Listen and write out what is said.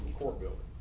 court building,